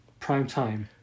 Primetime